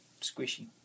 squishy